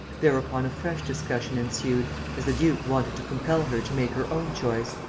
thereupon a fresh discussion ensued, as the duke wanted to compel her to make her own choice.